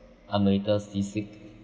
I'm a little sea sick